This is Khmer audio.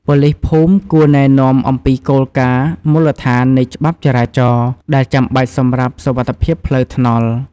ប៉ូលីសភូមិគួរ ណែនាំអំពីគោលការណ៍មូលដ្ឋាននៃច្បាប់ចរាចរណ៍ ដែលចាំបាច់សម្រាប់សុវត្ថិភាពផ្លូវថ្នល់។